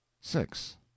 six